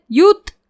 youth